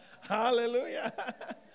Hallelujah